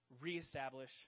reestablish